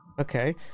Okay